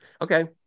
Okay